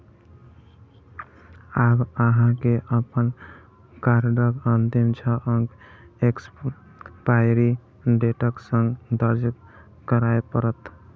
आब अहां के अपन कार्डक अंतिम छह अंक एक्सपायरी डेटक संग दर्ज करय पड़त